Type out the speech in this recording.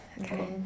Okay